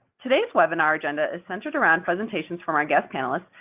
today's webinar agenda is centered around presentations from our guest panelists,